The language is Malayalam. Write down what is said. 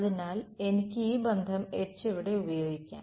അതിനാൽ എനിക്ക് ഈ ബന്ധം H ഇവിടെ ഉപയോഗിക്കാം